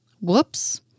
Whoops